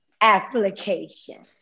application